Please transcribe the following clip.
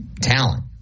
talent